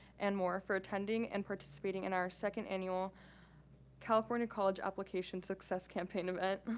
and more, for attending and participating in our second annual california college application success campaign event,